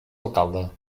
alcalde